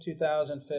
2015